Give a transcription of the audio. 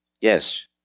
Yes